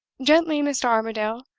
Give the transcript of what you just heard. gently, mr. armadale!